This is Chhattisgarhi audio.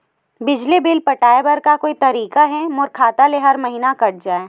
बिजली बिल पटाय बर का कोई तरीका हे मोर खाता ले हर महीना कट जाय?